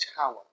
tower